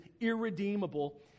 irredeemable